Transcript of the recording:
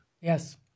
yes